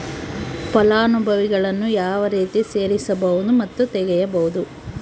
ಫಲಾನುಭವಿಗಳನ್ನು ಯಾವ ರೇತಿ ಸೇರಿಸಬಹುದು ಮತ್ತು ತೆಗೆಯಬಹುದು?